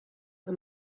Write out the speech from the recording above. the